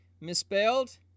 Misspelled